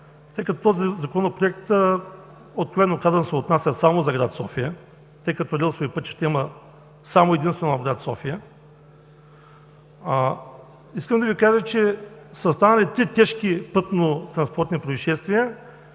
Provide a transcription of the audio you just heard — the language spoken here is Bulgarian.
тъй като този Законопроект, откровено казано, се отнася само за град София, тъй като релсови пътища има само и единствено в град София. Искам да Ви кажа, че са станали три тежки пътнотранспортни произшествия,